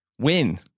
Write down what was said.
win